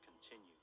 continue